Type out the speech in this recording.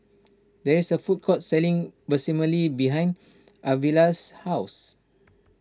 there is a food court selling Vermicelli behind Arvilla's house